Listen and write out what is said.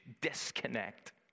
disconnect